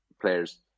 players